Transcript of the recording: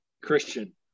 Christian